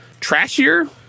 trashier